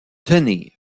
tenez